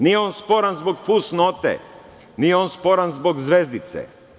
Nije on sporan zbog fusnote, nije on sporan zbog zvezdice.